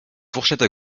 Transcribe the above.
fourchettes